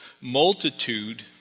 multitude